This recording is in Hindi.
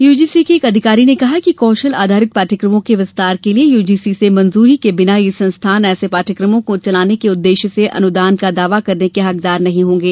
यूजीसी के एक अधिकारी ने कहा है कि कौशल आधारित पाठ्यक्रमों के विस्तार के लिए यूजीसी से मंजूरी के बिना ये संस्थान ऐसे पाठ्यक्रमों को चलाने के उद्देश्य से अनुदान का दावा करने के हकदार नहीं होंगे